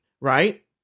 right